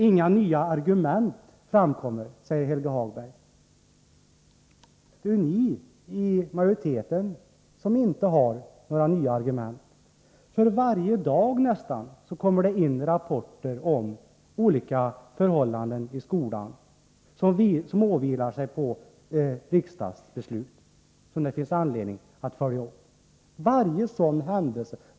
Inget nytt argument har framkommit, säger Helge Hagberg. Men det är ju majoriteten som inte har några nya argument. Nästan varje dag kommer det in rapporter om olika förhållanden i skolan som går tillbaka till riksdagsbeslut som det finns anledning att följa upp.